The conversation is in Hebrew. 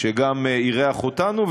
שגם אירח אותנו,